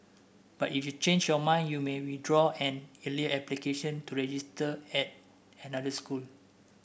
but if you change your mind you may withdraw an earlier application to register at another school